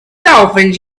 dolphins